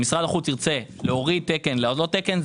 אם משרד החוץ ירצה להוריד תקן או להעלות תקן,